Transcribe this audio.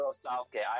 Southgate